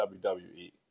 WWE